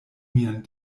mian